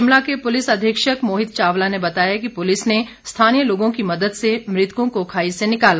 शिमला के पुलिस अधीक्षक मोहित चावला ने बताया कि पुलिस ने स्थानीय लोगों की मदद से मृतकों को खाई से निकाला